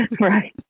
Right